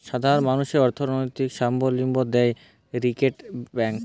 সাধারণ মানুষদের অর্থনৈতিক সাবলম্বী দ্যায় রিটেল ব্যাংক